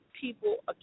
people